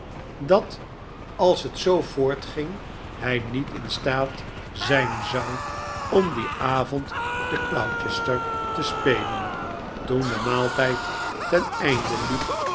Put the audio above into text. dat als het zoo voortging hij niet in staat zijn zou om dien avond te gloucester te spelen toen de maaltijd ten einde hep